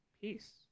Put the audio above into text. peace